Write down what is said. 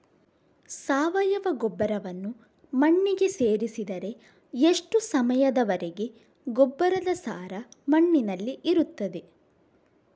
ಸಾವಯವ ಗೊಬ್ಬರವನ್ನು ಮಣ್ಣಿಗೆ ಸೇರಿಸಿದರೆ ಎಷ್ಟು ಸಮಯದ ವರೆಗೆ ಗೊಬ್ಬರದ ಸಾರ ಮಣ್ಣಿನಲ್ಲಿ ಇರುತ್ತದೆ?